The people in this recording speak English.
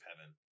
Heaven